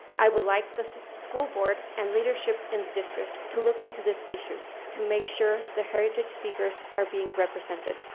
i would like the school board and leadership in the district to look into this issue to make sure that heritage speakers are being represented.